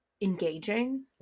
engaging